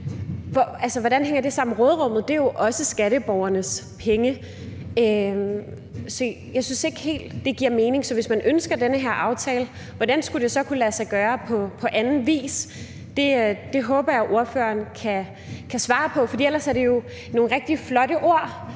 Hvordan hænger det sammen med råderummet? Det er jo også skatteborgernes penge. Så jeg synes ikke helt, at det giver mening. Hvis man ønsker den her aftale, hvordan skulle det så kunne lade sig gøre på anden vis? Det håber jeg ordføreren kan svare på. For ellers er det jo nogle rigtig flotte ord,